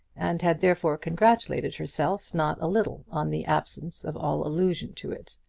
and had therefore congratulated herself not a little on the absence of all allusion to it.